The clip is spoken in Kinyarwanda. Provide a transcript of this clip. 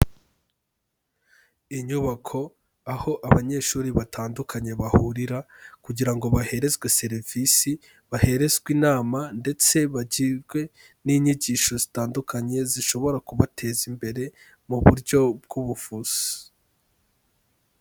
Inyubako aho abanyeshuri batandukanye bahurira kugira ngo baherezwe serivisi, baherezwa inama ndetse bagirwe n'inyigisho zitandukanye zishobora kubateza imbere mu buryo bw'ubuvuzi.